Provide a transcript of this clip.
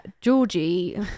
Georgie